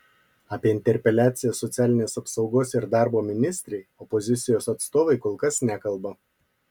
apie interpeliaciją socialinės apsaugos ir darbo ministrei opozicijos atstovai kol kas nekalba